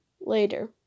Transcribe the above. later